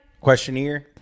Questionnaire